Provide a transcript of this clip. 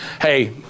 Hey